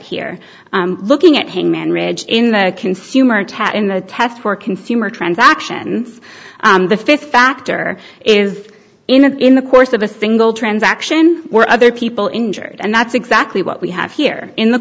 here looking at hangman ridge in the consumer tat in the test for consumer transaction the fifth factor is in in the course of a single transaction or other people injured and that's exactly what we have here in the